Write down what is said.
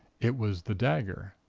it was the dagger.